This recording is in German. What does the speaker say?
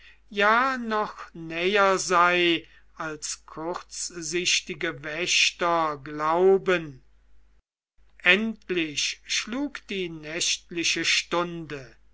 ja noch näher sei als kurzsichtige wächter glauben endlich schlug die nächtliche stunde